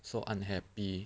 so unhappy